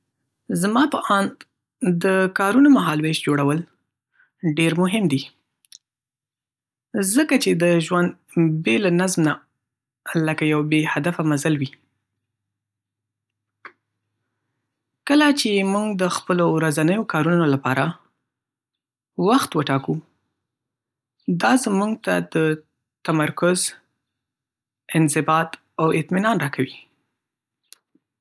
زما په اند، د کارونو مهال وېش جوړول ډېر مهم دي. ځکه چې ژوند بې له نظم نه لکه یو بې هدفه مزل وي. کله چې موږ د خپلو ورځنیو کارونو لپاره وخت وټاکو، دا موږ ته تمرکز، انضباط او اطمینان راکوي.